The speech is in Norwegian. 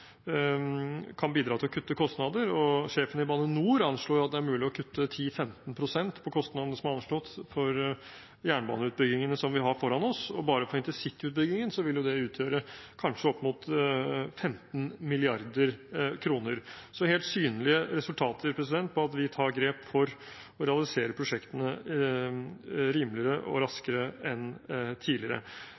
kan bidra til å kutte kostnader. Sjefen i Bane NOR anslår at det er mulig å kutte 10–15 pst. av kostnadene som er anslått for jernbaneutbyggingene vi har foran oss. Bare for intercityutbyggingen vil det utgjøre kanskje opp mot 15 mrd. kr. Så det er helt synlige resultater av at vi tar grep for å realisere prosjektene rimeligere og raskere enn tidligere.